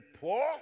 poor